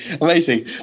Amazing